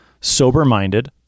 sober-minded